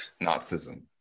nazism